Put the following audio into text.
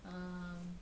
um